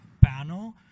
panel